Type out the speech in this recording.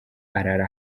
arara